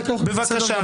בבקשה.